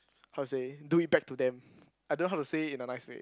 how to say do it back to them I don't know how to say it in a nice way